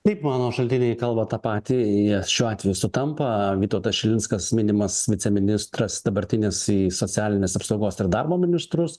taip mano šaltiniai kalba tą patį jie šiuo atveju sutampa vytautas šilinskas minimas viceministras dabartinis į socialinės apsaugos ir darbo ministrus